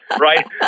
right